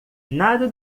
nada